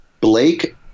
Blake